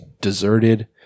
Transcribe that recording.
deserted